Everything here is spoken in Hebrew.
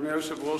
אדוני היושב-ראש,